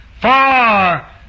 Far